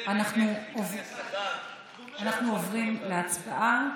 אנחנו עוברים להצבעה.